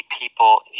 people